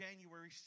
January